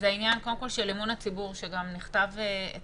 קודם כול, עניין אמון הציבור, שגם נכתב אצלכם.